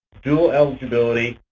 dual eligibility,